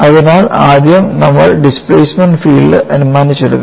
അതിനാൽ ആദ്യം നമ്മൾ ഡിസ്പ്ലേസ്മെൻറ് ഫീൽഡ് അനുമാനിച്ചെടുക്കണം